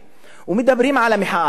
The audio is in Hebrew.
ומדברים על המחאה, באמת,